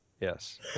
yes